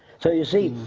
so you see.